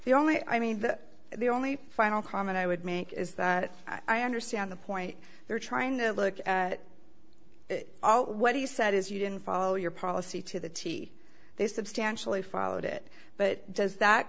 the only i mean that the only final comment i would make is that i understand the point they're trying to look at it all what he said is you didn't follow your policy to the tee they substantially followed it but does that